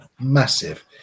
massive